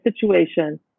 situation